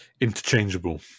interchangeable